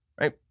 right